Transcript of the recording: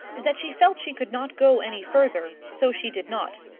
that she felt she could not go any farther, so she did not.